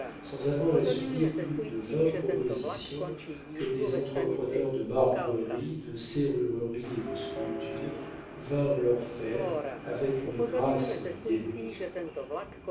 sans avoir essuyé plus de vingt propositions que des entrepreneurs de marbrerie de serrurerie et de sculpture vinrent leur faire avec une grâce mielleuse